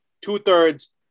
two-thirds